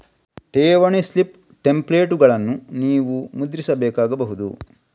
ಠೇವಣಿ ಸ್ಲಿಪ್ ಟೆಂಪ್ಲೇಟುಗಳನ್ನು ನೀವು ಮುದ್ರಿಸಬೇಕಾಗಬಹುದು